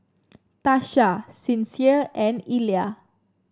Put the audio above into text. Tasha Sincere and Illa